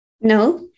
No